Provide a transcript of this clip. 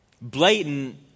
Blatant